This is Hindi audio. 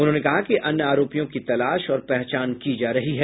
उन्होंने कहा कि अन्य आरोपियों की तलाश और पहचान की जा रही है